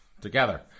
together